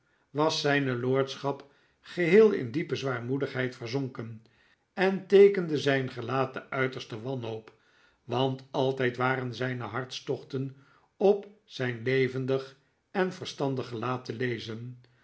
was zijne lordschap geheel in diepe zwaarmoedigheid verzonken en teekende zijn gelaat de uiterste wanhoop want altijd waren zijne hartstochten op zijn levendig en verstandig gelaat te lezen